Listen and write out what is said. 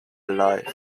alive